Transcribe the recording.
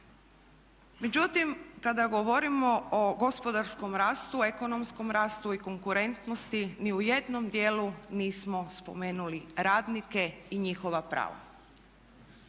Međutim, kada govorimo o gospodarskom rastu, ekonomskom rastu i konkurentnosti ni u jednom djelu nismo spomenuli radnike i njihova prava.